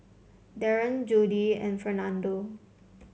Daren Jodie and Fernando